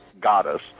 goddess